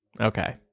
okay